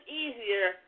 easier